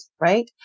right